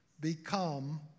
become